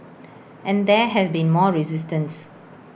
and there has been more resistance